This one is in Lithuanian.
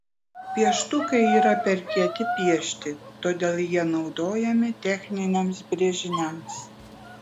pieštukai yra per kieti piešti todėl jie naudojami techniniams brėžiniams